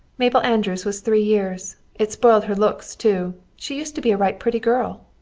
mabel andrews was three years. it spoiled her looks too. she used to be a right pretty girl.